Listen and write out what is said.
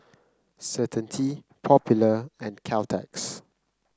Certainty Popular and Caltex